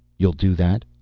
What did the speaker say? you'll do that?